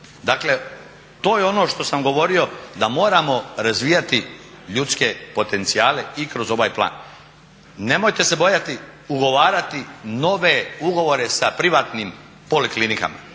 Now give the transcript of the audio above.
Dakle, to je ono što sam govorio da moramo razvijati ljudske potencijale i kroz ovaj plan. Nemojte se bojati ugovarati nove ugovore sa privatnim poliklinikama.